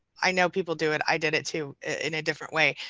i know people do it, i did it too in a different way,